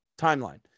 timeline